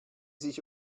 sich